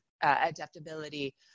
adaptability